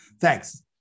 Thanks